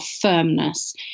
firmness